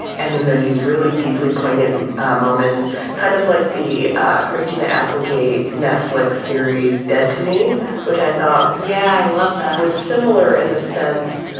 and then there's these really deeply poignant moments kind of like the christina applegate netflix series dead to me which i thought yeah i loved them was similar in the sense.